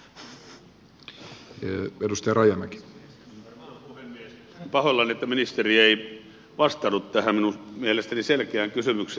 olen pahoillani että ministeri ei vastannut tähän minun mielestäni selkeään kysymykseen